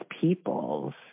peoples